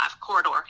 corridor